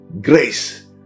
grace